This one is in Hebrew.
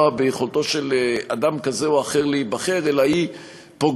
ביכולתו של אדם כזה או אחר להיבחר אלא היא פגיעה